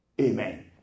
Amen